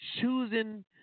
choosing